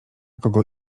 kogo